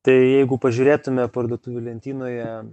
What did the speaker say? tai jeigu pažiūrėtume parduotuvių lentynoje